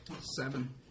Seven